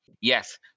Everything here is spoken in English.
Yes